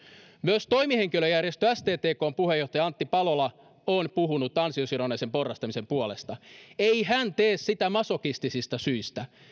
myös toimihenkilöjärjestö sttkn puheenjohtaja antti palola on puhunut ansiosidonnaisen porrastamisen puolesta ei hän tee sitä masokistisista syistä